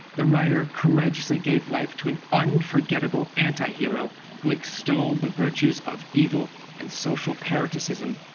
the writer courageously gave life to an unforgettable antihero who extolled the virtues of evil and social parasitism,